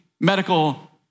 medical